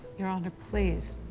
your honor, please.